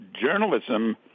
Journalism